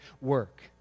work